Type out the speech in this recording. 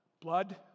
Blood